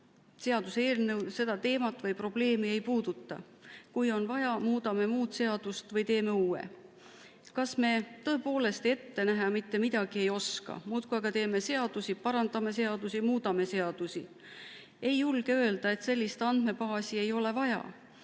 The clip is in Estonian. seaduseelnõu seda teemat või probleemi ei puuduta, kui on vaja, muudame muud seadust või teeme uue. Kas me tõepoolest mitte midagi ette näha ei oska? Muudkui aga teeme seadusi, parandame seadusi, muudame seadusi. Ei julge öelda, et sellist andmebaasi ei ole vaja,